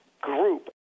group